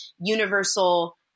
universal